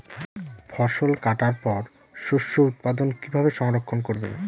ফসল কাটার পর শস্য উৎপাদন কিভাবে সংরক্ষণ করবেন?